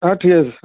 ହଁ ଠିକ୍ ଅଛି